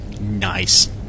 Nice